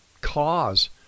cause